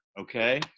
okay